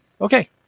Okay